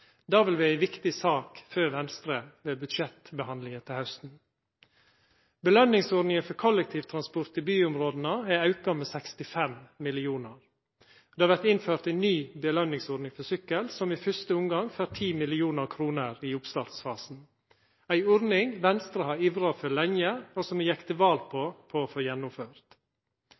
Det vil vera ei viktig sak for Venstre ved budsjettbehandlinga til hausten. Påskjøningsordninga for kollektivtransport i byområda er auka med 65 mill. kr, og det vert innført ei ny påskjøningsordning for sykkel, som i første omgang får 10 mill. kr i oppstartsfasen. Det er ei ordning Venstre har ivra for lenge, og som me gjekk til val på å få gjennomført.